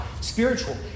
spiritual